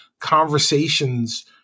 conversations